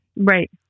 Right